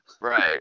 Right